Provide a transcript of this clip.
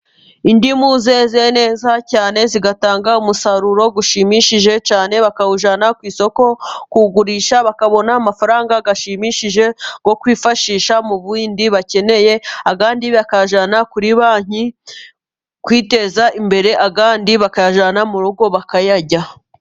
Indimu zeze neza cyane ,zigatanga umusaruro ushimishije cyane, bakawujyana ku isoko kuwugurisha, bakabona amafaranga ashimishije yo kwifashisha mu bindi bakeneye, ayandi bakayajyana kuri banki kuteza imbere, ayandi bakayajyana mu rugo bakayarya.